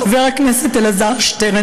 חבר הכנסת אלעזר שטרן,